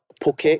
poke